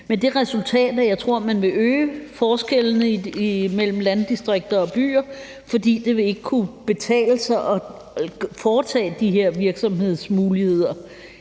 jeg tror, man vil øge forskellene imellem landdistrikter og byer, fordi det ikke vil kunne betale sig at foretage de her virksomhedsmuligheder.